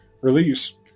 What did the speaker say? release